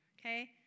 okay